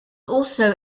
also